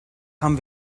haben